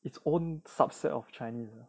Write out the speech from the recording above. its own subset of chinese